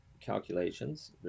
calculations